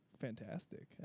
Fantastic